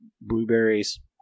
blueberries